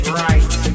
right